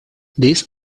this